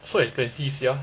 so expensive sia